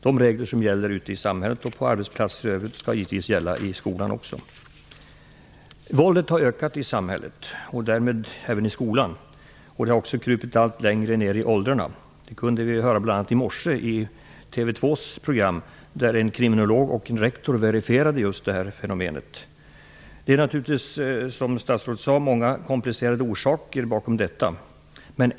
De regler som gäller ute i samhället och på arbetsplatser i övrigt skall givetvis också gälla i skolan. Våldet har ökat i samhället, därmed även i skolan. Det har också krupit allt längre ner i åldrarna. Det kunde vi bl.a. höra i TV2:s program i morse. En kriminolog och en rektor verifierade just detta fenomen. Som statsrådet sade finns det naturligtvis många komplicerade orsaker till detta.